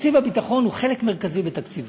תקציב הביטחון הוא חלק מרכזי בתקציבה.